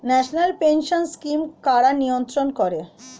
National pension scheme কারা নিয়ন্ত্রণ করে?